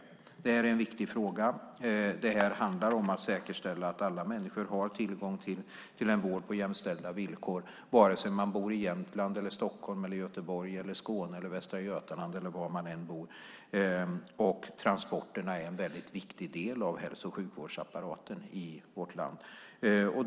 Det här är en viktig fråga. Det handlar om att säkerställa att alla människor har tillgång till en vård på jämställda villkor vare sig man bor i Jämtland, Stockholm, Göteborg, Skåne, Västra Götaland eller var man än bor. Transporterna är en mycket viktig del av hälso och sjukvårdsapparaten i vårt land.